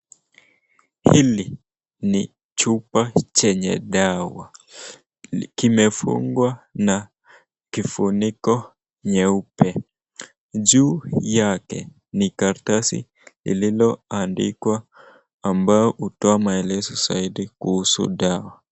Hili ni chupa chenye dawa. Kimefungwa na kifuniko nyeupe. Juu yake, ni karatasi lilioandikwa ambayo hutoa maelezo zaidi kuhusu dawa.